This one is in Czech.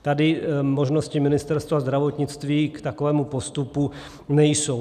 Tady možnosti Ministerstva zdravotnictví k takovému postupu nejsou.